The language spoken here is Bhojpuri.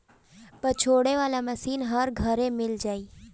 पछोरे वाला मशीन हर घरे मिल जाई